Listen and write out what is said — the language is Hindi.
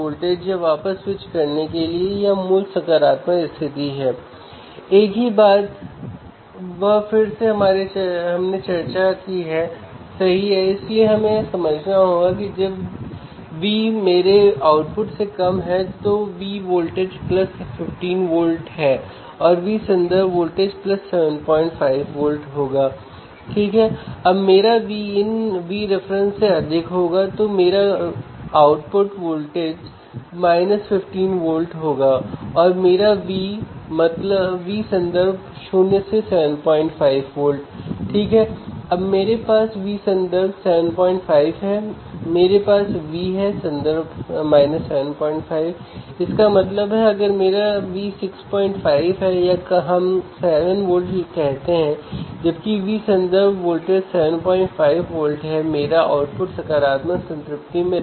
उदाहरण के लिए यदि कोई भीड़ है जो तेज़ आवाज़ में बोल रही है और अचानक एक व्यक्ति कोई दूसरी बात बोल रहा है तो आप तेज़ आवाज़ में सुन नहीं सकते